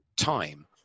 time